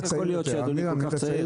איך יכול להיות שאדוני כל כך צעיר?